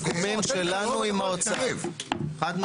מהסיכומים שלנו עם האוצר, חד משמעותית.